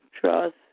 trust